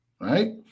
right